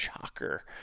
shocker